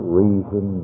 reason